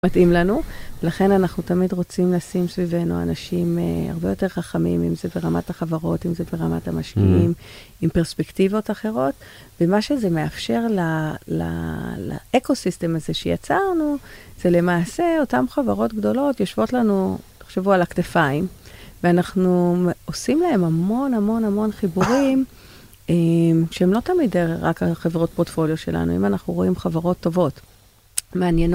מתאים לנו, לכן אנחנו תמיד רוצים לשים סביבנו אנשים הרבה יותר חכמים, אם זה ברמת החברות, אם זה ברמת המשקיעים, עם פרספקטיבות אחרות, ומה שזה מאפשר לאקו-סיסטם הזה שיצרנו, זה למעשה אותם חברות גדולות יושבות לנו, תחשבו, על הכתפיים, ואנחנו עושים להם המון המון המון חיבורים, שהם לא תמיד רק החברות פורטפוליו שלנו, אם אנחנו רואים חברות טובות, מעניינות.